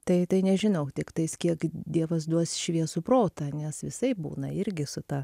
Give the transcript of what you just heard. tai tai nežinau tiktais kiek dievas duos šviesų protą nes visaip būna irgi su ta